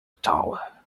tower